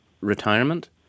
retirement